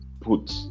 put